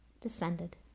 descended